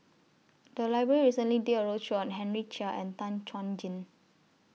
The Library recently did A roadshow on Henry Chia and Tan Chuan Jin